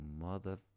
mother